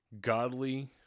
godly